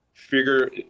figure